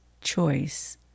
choice